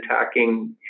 attacking